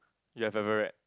you have ever read